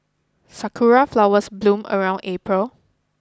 sakura flowers bloom around April